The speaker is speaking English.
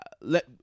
Let